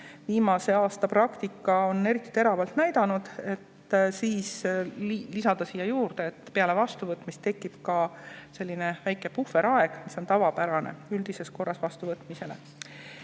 viimase aasta praktika on eriti teravalt näidanud, siis lisada see siia juurde. Peale vastuvõtmist tekib ka selline väike puhveraeg, mis on tavapärane üldises korras vastuvõtmisel. Ja